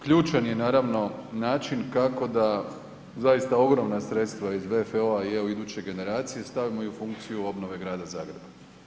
Ključan je naravno način kako da zaista ogromna sredstva iz WFO-a i evo iduće generacije stavimo i u funkciju obnove Grada Zagreba.